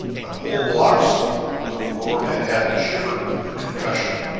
when whole blocks of lower manhattan shivered with the concussion.